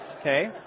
Okay